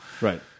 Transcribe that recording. Right